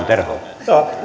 terho